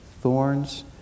thorns